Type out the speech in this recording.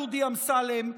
דודי אמסלם,